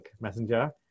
messenger